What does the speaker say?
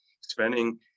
spending